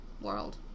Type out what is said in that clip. World